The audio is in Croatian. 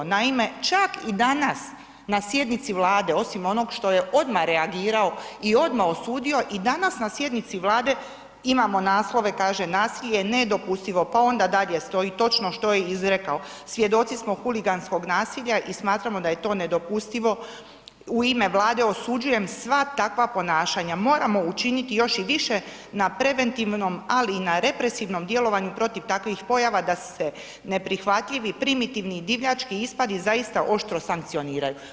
Naime, čak i danas na sjednici Vlade osim onog što je odmah reagirao i odmah osudio i danas na sjednici Vlade imamo naslove kaže, nasilje nedopustivo pa onda dalje stoji točno što je izrekao, svjedoci smo huliganskog nasilja i smatramo da je to nedopustivo, u ime Vlade osuđujem sva takva ponašanja, moramo učiniti još i više na preventivnom ali i na represivnom djelovanju protiv takvih pojava da se neprihvatljivi, primitivni i divljački ispadi zaista oštro sankcioniraju.